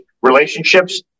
relationships